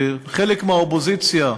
ובחלק מהאופוזיציה,